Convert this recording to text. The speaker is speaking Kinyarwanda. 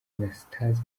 anastase